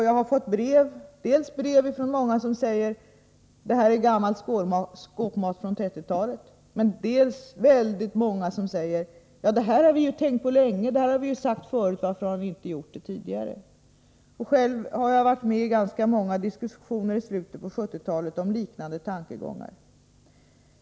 Jag har fått brev från många, som säger att detta är gammal skåpmat från 1930-talet, men också från många, som förklarar att de har tänkt på detta länge. De frågar varför vi inte har gjort det tidigare. Själv har jag varit med i många diskussioner i slutet av 1970-talet om liknande tankegångar.